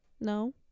No